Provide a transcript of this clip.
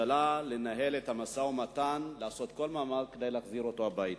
לנהל את המשא-ומתן ולעשות כל מאמץ כדי להחזיר אותו הביתה.